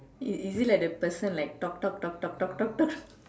is is it like the person like talk talk talk talk talk talk talk